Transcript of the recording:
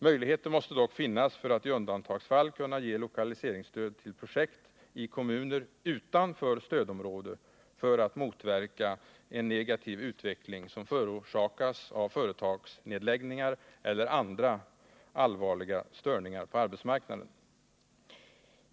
Möjligheter måste dock finnas för att i undantagsfall ge lokaliseringsstöd till projekt i kommuner utanför stödområde för att motverka en negativ utveckling som förorsakas av företagsnedläggningar eller andra allvarliga störningar på arbetsmarknaden.